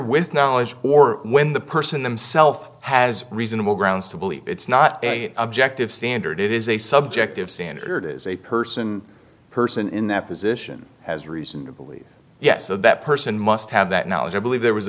with knowledge or when the person themself has reasonable grounds to believe it's not a objective standard it is a subjective standard as a person a person in that position has a reason to believe yes so that person must have that knowledge or believe there was